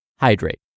Hydrate